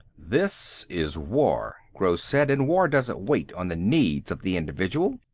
this is war, gross said, and war doesn't wait on the needs of the individual.